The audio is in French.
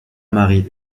marie